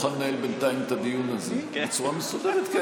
הדיון הזה בצורה מסודרת.